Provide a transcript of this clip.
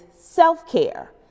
self-care